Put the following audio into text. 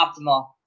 optimal